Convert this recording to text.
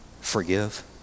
Forgive